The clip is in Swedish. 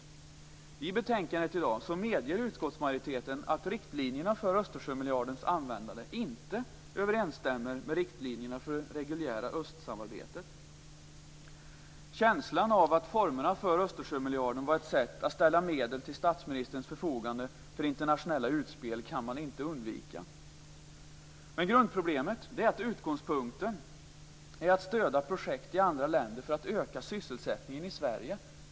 I dagens betänkande medger utskottsmajoriteten att riktlinjerna för Östersjömiljardens användande inte överensstämmer med riktlinjerna för det reguljära östsamarbetet. Känslan av att formerna för Östersjömiljarden var ett sätt att ställa medel till statsministerns förfogande för internationella utspel kan inte undvikas. Grundproblemet är dock att utgångspunkten är att stödja projekt i andra länder för att öka sysselsättningen i Sverige.